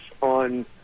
on